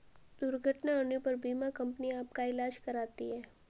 दुर्घटना होने पर बीमा कंपनी आपका ईलाज कराती है